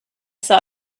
saw